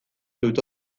dute